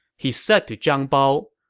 he said to zhang bao,